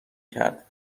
کرد